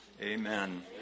Amen